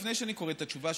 לפני שאני קורא את התשובה,